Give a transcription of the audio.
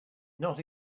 not